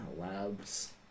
labs